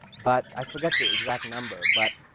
but i forget the exact number, but